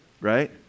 right